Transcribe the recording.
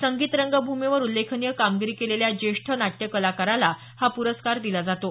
संगीत रंगभूमीवर उल्लेखनीय कामगिरी केलेल्या ज्येष्ठ नाट्य कलाकाराला हा पुरस्कार दिला जातो